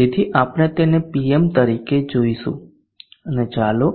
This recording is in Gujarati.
તેથી આપણે તેને Pm તરીકે જોઈશું અને ચાલો